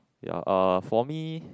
ya uh for me